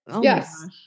Yes